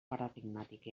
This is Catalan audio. paradigmàtic